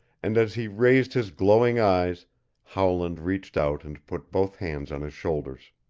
and as he raised his glowing eyes howland reached out and put both hands on his shoulders.